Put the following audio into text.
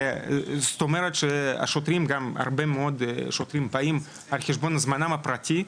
זאת אומרת שהרבה מאוד שוטרים באים על חשבון זמנם הפרטי,